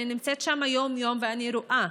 אני נמצאת שם יום-יום ואני רואה.